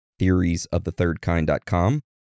theoriesofthethirdkind.com